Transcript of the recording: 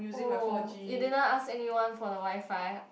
oh you did not ask anyone for the WiFi